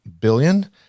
Billion